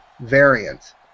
variant